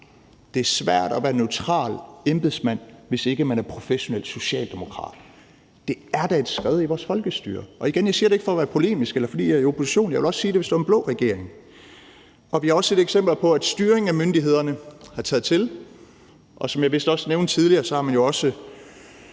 Det er svært at være neutral embedsmand, hvis ikke man er professionel socialdemokrat. Det er da et skred i vores folkestyre! Igen, jeg siger det ikke for at være polemisk, eller fordi jeg er i opposition, for jeg ville også sige det, hvis det var en blå regering. Vi har også set eksempler på, at styring af myndighederne er taget til, og som jeg vist også nævnte tidligere, har man også